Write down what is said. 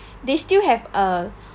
they still have a